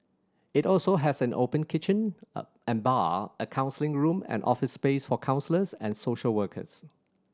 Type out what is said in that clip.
it also has an open kitchen and bar a counselling room and office space for counsellors and social workers